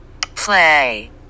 play